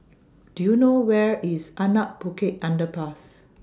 Do YOU know Where IS Anak Bukit Underpass